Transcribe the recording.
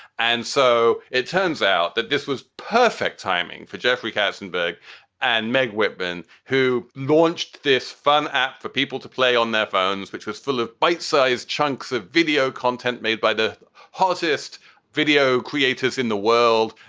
and so it turns out that this was perfect timing for jeffrey katzenberg and meg whitman, who launched this fun app for people to play on their phones, which was full of bite sized chunks of video content made by the hottest video creators in the world.